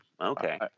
Okay